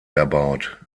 erbaut